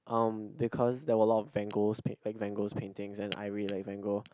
um because there were a lot of Van-Gogh paint Van-Gogh painting and I really like Van-Gogh